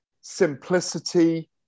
simplicity